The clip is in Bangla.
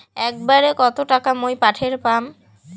একবারে কত টাকা মুই পাঠের পাম?